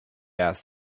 asked